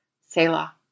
Selah